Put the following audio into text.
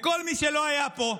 וכל מי שלא היה פה,